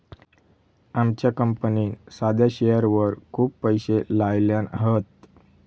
आमच्या कंपनीन साध्या शेअरवर खूप पैशे लायल्यान हत